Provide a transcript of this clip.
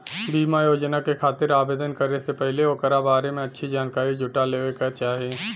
बीमा योजना के खातिर आवेदन करे से पहिले ओकरा बारें में अच्छी जानकारी जुटा लेवे क चाही